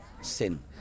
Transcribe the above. sin